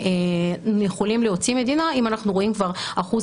ואנחנו יכולים להוציא מדינה אם אנחנו רואים כבר אחוז